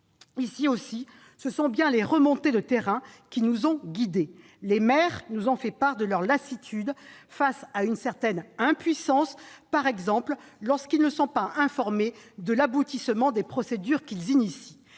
Ici aussi, ce sont bien les remontées du terrain qui nous ont guidés. Les maires nous ont fait part de leur lassitude face à une certaine impuissance, par exemple lorsqu'ils ne sont pas informés de l'aboutissement des procédures qu'ils lancent.